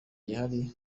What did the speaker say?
gihari